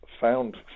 found